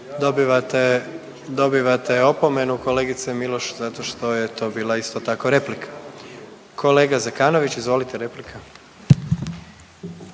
dobivate opomenu kolegice Miloš zato što je to bila isto tako replika. Kolega Zekanović izvolite replika.